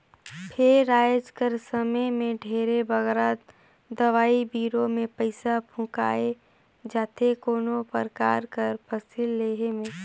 फेर आएज कर समे में ढेरे बगरा दवई बीरो में पइसा फूंकाए जाथे कोनो परकार कर फसिल लेहे में